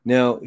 Now